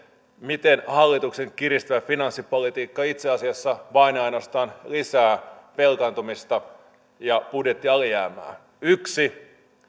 miten hallituksen kiristävä finanssipolitiikka itse asiassa vain ja ainoastaan lisää velkaantumista ja budjettialijäämää yksi